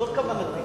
זאת כוונתי.